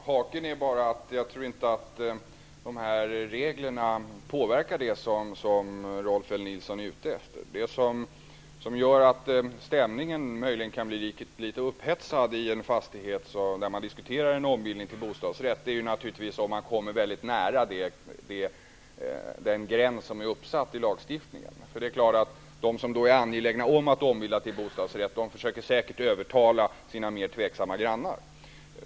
Herr talman! Haken är bara att de reglerna sannolikt inte påverkar det som Rolf L. Nilson är ute efter. Det som gör att stämningen möjligen kan bli litet upphetsad i en fastighet där man diskuterar en ombildning till bostadsrätt är naturligtvis om man kommer mycket nära den gräns som är uppsatt i lagstiftningen. De som är angelägna att ombilda till bostadsrätt försöker då säkert övertala sina mer tveksamma grannar.